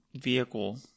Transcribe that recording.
vehicle